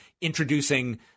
introducing